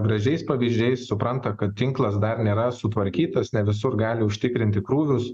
gražiais pavyzdžiais supranta kad tinklas dar nėra sutvarkytas ne visur gali užtikrinti krūvius